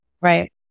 Right